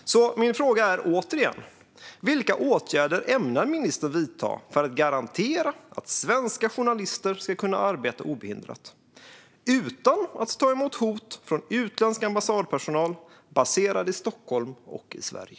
Så min fråga är återigen: Vilka åtgärder ämnar ministern vidta för att garantera att svenska journalister kan arbeta obehindrat, utan att ta emot hot från utländsk ambassadpersonal baserad i Stockholm och Sverige?